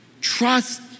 Trust